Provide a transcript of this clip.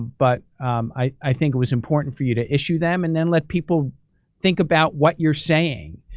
but i think it was important for you to issue them and then let people think about what you're saying.